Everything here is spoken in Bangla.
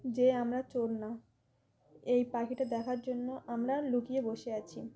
যে আমরা চোর না এই পাখিটা দেখার জন্য আমরা লুকিয়ে বসে আছি